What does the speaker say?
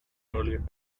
earlier